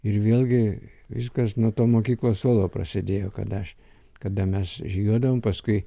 ir vėlgi viskas nuo to mokyklos suolo prasėdėjo kad aš kada mes žygiuodavom paskui